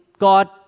God